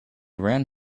ran